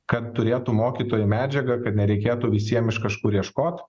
kad turėtų mokytojai medžiagą kad nereikėtų visiem iš kažkur ieškot